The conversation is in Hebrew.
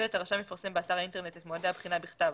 הרשם יפרסם באתר האינטרנט את מועדי הבחינה בכתב